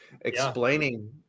explaining